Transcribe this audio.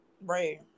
Right